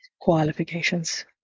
Qualifications